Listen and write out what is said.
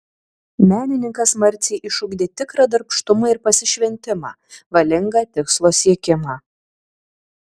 menininkas marcei išugdė tikrą darbštumą ir pasišventimą valingą tikslo siekimą